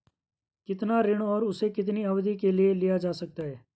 कितना ऋण और उसे कितनी अवधि के लिए लिया जा सकता है?